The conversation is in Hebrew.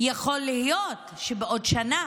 יכול להיות שבעוד שנה